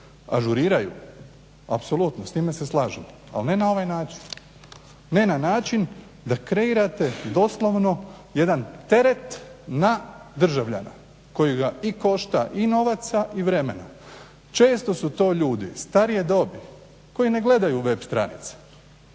ažuriraju, apsolutno, s time se slažem ali ne na ovaj način, ne na način da kreirate doslovno jedan teret na državljana koji ga košta i novaca i vremena. Često su to ljudi starije dobi koji ne gledaju web stranice,